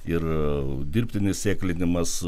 ir dirbtinis sėklinimas